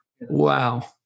Wow